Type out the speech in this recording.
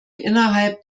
innerhalb